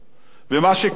ומה שכואב לי,